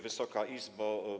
Wysoka Izbo!